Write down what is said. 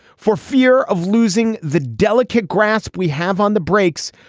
for fear of losing the delicate grasp we have on the brakes.